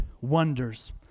wonders